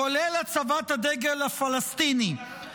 כולל הצבת הדגל הפלסטיני -- לענות לך?